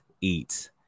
eat